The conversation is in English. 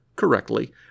Correctly